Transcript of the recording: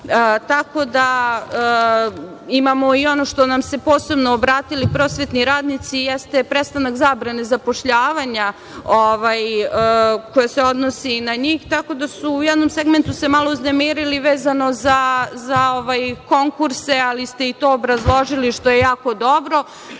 da, imamo i ono što su nam se posebno obratili prosvetni radnici, jeste prestanak zabrane zapošljavanja koje se odnosi na njih, tako da su u jednom segmentu se malo uznemirili vezano za konkurse, ali ste i to obrazložili što je jako dobro,